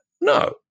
No